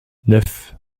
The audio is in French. neuf